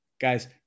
Guys